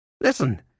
Listen